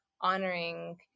honoring